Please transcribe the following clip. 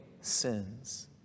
sins